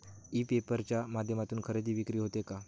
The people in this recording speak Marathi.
ई पेपर च्या माध्यमातून खरेदी विक्री होते का?